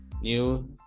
New